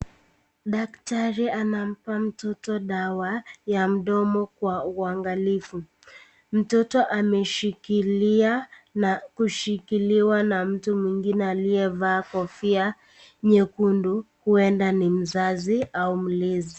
Daktari anampa mtoto dawa ya mdomo kwa uangalifu. Mtoto ameshikilia na kushikiliwa na mtu mwingine aliyevaa kofia nyekundu ueda ni mzazi au mlezi.